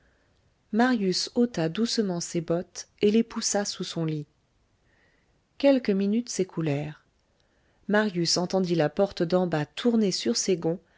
marius ôta doucement ses bottes et les poussa sous son lit quelques minutes s'écoulèrent marius entendit la porte d'en bas tourner sur ses gonds